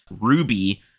Ruby